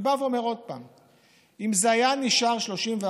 אני אומר עוד פעם: אם זה היה נשאר 34%,